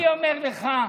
אני אומר לך,